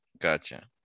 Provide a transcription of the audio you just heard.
Gotcha